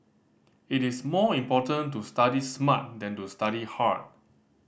it is more important to study smart than to study hard